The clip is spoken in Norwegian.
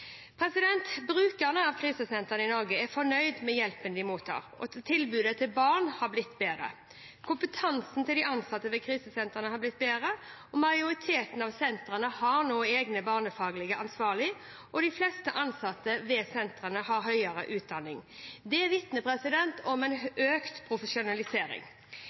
Brukerne av krisesentrene i Norge er fornøyd med hjelpen de mottar, og tilbudet til barn har blitt bedre. Kompetansen til de ansatte ved krisesentrene er blitt bedre. Majoriteten av sentrene har nå egne barnefaglig ansvarlige, og de fleste ansatte ved sentrene har høyere utdanning. Det vitner om en økt profesjonalisering.